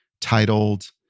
titled